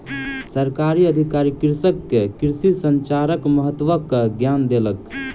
सरकारी अधिकारी कृषक के कृषि संचारक महत्वक ज्ञान देलक